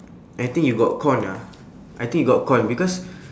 I think you got con lah I think you got con because